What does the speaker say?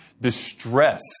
distress